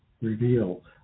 reveal